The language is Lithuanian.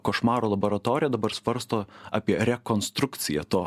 košmaro laboratorija dabar svarsto apie rekonstrukciją to